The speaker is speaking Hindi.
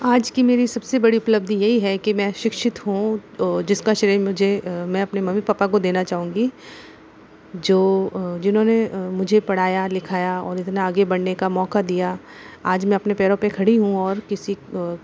आज की मेरी सबसे बड़ी उपलब्धि यही है की मैं शिक्षित हूँ जिसका श्रेय मुझे मैं अपनी मम्मी पप्पा को देना चाहूँगी जो जिन्होंने मुझे पढ़ाया लिखाया और इतना आगे बढ़ने का मौका दिया आज मैं अपने पैरों पे खड़ी हूँ और किसी